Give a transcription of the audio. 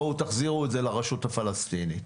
בואו תחזירו את זה לרשות הפלסטינית.